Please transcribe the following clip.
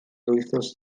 wythnos